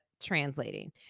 translating